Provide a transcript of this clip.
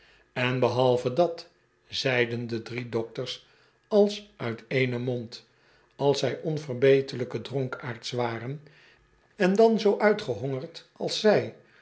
en behalve dat zeiden de drie dokters als uit énen mond als zij onverbeterlijke dronkaards waren en zoo uitgehongerd als zij